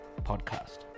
podcast